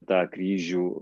tą kryžių